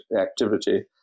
activity